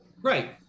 Right